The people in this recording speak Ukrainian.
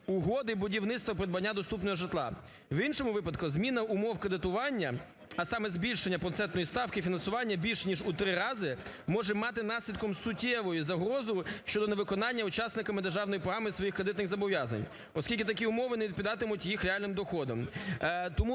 угоди будівництва і придбання доступного житла. В іншому випадку зміна умов кредитування, а саме збільшення процентної ставки фінансування більш ніж у три рази може мати наслідком суттєву загрозу щодо невиконання учасниками держаної програми своїх кредитних зобов’язань, оскільки такі умови не відповідатимуть їх реальним доходам.